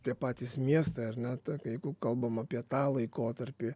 tie patys miestai ar ne ta jeigu kalbam apie tą laikotarpį